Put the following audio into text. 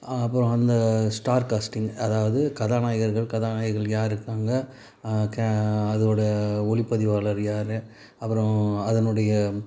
அப்புறம் அந்த star casting அதாவது கதாநாயகர்கள் கதாநாயகிகள் யார் இருக்காங்க க அதோட ஒளிப்பதிவாளர் யார் அப்புறம் அதனுடைய